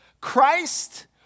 Christ